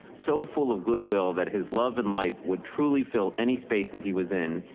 so full of goodwill that his love and life would truly fill any space that he was in.